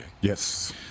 Yes